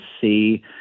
see